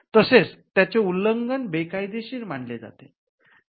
तसेच त्याचे उल्लंघन बेकायदेशीर मानले जाते